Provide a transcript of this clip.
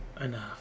enough